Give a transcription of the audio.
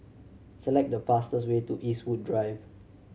select the fastest way to Eastwood Drive